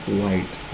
white